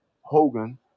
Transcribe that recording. Hogan